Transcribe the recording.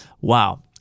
Wow